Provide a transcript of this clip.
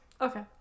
Okay